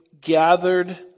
gathered